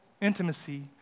intimacy